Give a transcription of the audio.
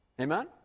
Amen